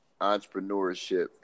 entrepreneurship